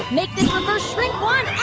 make this reverse shrink wand